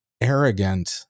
arrogant